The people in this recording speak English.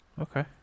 Okay